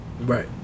Right